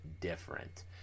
different